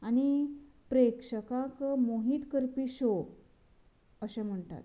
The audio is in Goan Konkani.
आनी प्रेक्षकांक मोहित करपी शो अशें म्हणटात